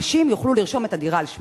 אנשים יוכלו לרשום את הדירה על שמם,